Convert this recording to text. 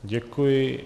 Děkuji.